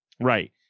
Right